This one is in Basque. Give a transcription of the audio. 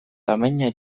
tamaina